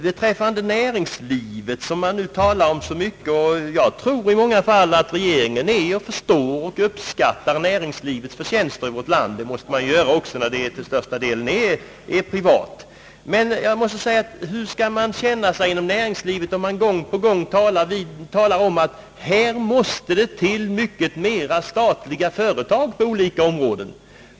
Beträffande näringslivet, som det nu talas så mycket om — och jag tror att regeringen i många fall uppskattar näringslivets förtjänster i vårt land, ty det måste man också göra när det till största delen är privat — skulle jag vilja fråga: Hur känner man sig inom näringslivet när det gång på gång talas om att det måste till många fler statliga företag på olika områden?